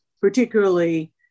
particularly